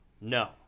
No